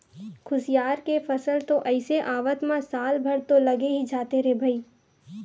खुसियार के फसल तो अइसे आवत म साल भर तो लगे ही जाथे रे भई